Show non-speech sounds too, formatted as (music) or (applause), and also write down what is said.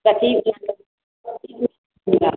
तऽ ठीक कए (unintelligible)